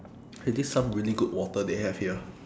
!hey! this some really good water they have here